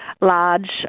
large